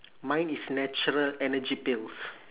mine is natural energy pills